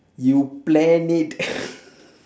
you plan it